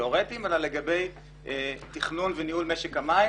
תיאורטיים אלא לגבי תכנון וניהול משק המים,